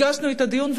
הגשנו את הבקשה לדיון,